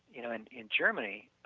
you know and in germany,